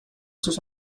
sus